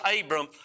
Abram